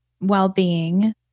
well-being